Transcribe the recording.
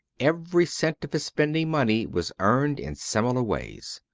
every cent of his spending money was earned in similar ways.